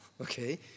Okay